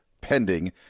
pending